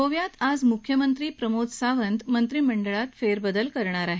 गोव्यात आज मुख्यमंत्री प्रमोद सावंत मंत्रिमंडळात फेरबदल करणार आहेत